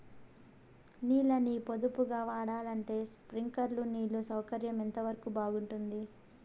నీళ్ళ ని పొదుపుగా వాడాలంటే స్ప్రింక్లర్లు నీళ్లు సౌకర్యం ఎంతవరకు బాగుంటుంది?